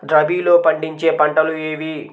రబీలో పండించే పంటలు ఏవి?